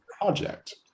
project